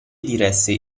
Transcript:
diresse